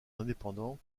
indépendant